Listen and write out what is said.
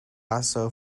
also